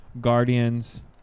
Guardians